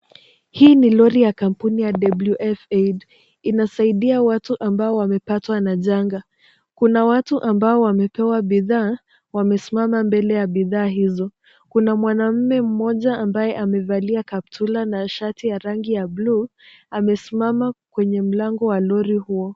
Hii ni Lori ya kampuni ya WF Aid inasaidia watu ambao wamepatwa na janga. Kuna watu ambao wamepewa bidhaa, wamesimama mbele ya bidhaa hizo. Kuna mwanamume mmoja ambaye amevalia kaptula na shati ya rangi ya bluu amesimama kwenye mlango wa Lori huo.